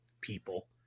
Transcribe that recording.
people